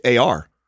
AR